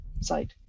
site